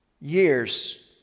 Years